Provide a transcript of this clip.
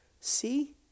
see